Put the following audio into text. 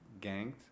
ganked